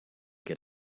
get